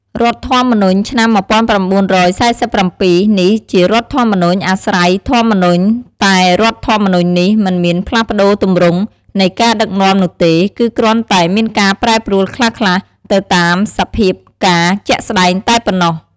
រដ្ឋធម្មនុញ្ញឆ្នាំ១៩៤៧នេះជារដ្ឋធម្មនុញ្ញអាស្រ័យធម្មនុញ្ញតែរដ្ឋធម្មនុញ្ញនេះ មិនមានផ្លាស់បប្តូរទម្រង់ នៃការដឹកនាំនោះទេ គឺគ្រាន់តែមានការប្រែប្រួលខ្លះៗ ទៅតាមសភាពការណ៍ជាក់ស្តែងតែប៉ុណ្ណោះ។